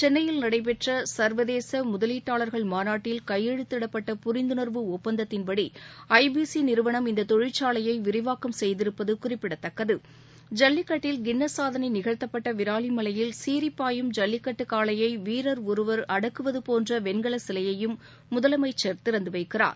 சென்னையில் நடைபெற்ற சா்வதேச முதலீட்டாளா்கள் மாநாட்டில் கையெழுத்திடப்பட்ட புரிந்துணா்வு ஒப்பந்தத்தின்படி ஐ பி சி நிறுவனம் இந்த தொழிற்சாலையை விரிவாக்கம் செய்திருப்பது குறிப்பிடத்தக்கது ஜல்லிக்கட்டில் கின்னஸ் சாதனை நிகழ்த்தப்பட்ட விராலிமலையில் சீரிப்பாயும் ஜல்லிக்கட்டு காளையை வீரர் ஒருவர் அடக்குவதபோன்ற வென்கல சிலையையும் முதலமைச்சர் திறந்து வைக்கிறார்